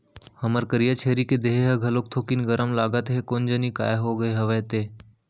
हमर करिया छेरी के देहे ह घलोक थोकिन गरम लागत हे कोन जनी काय होगे हवय ते?